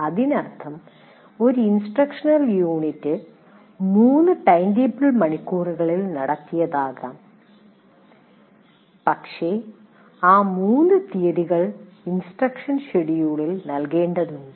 അതിനർത്ഥം ഒരു instructional unit 3 timetable മണിക്കൂറുകളിൽ നടത്തിയതാകാം പക്ഷേ ആ മൂന്ന് തീയതികൾ ഇൻസ്ട്രക്ഷൻ ഷെഡ്യൂളിൽ നൽകേണ്ടതുണ്ട്